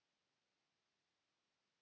Kiitos,